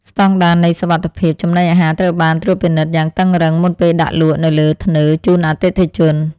ស្តង់ដារនៃសុវត្ថិភាពចំណីអាហារត្រូវបានត្រួតពិនិត្យយ៉ាងតឹងរ៉ឹងមុនពេលដាក់លក់នៅលើធ្នើរជូនអតិថិជន។